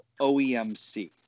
oemc